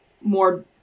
more